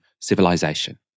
civilization